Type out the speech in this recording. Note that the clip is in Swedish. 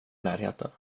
närheten